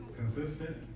consistent